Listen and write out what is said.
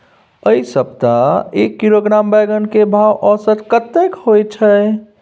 ऐ सप्ताह एक किलोग्राम बैंगन के भाव औसत कतेक होय छै?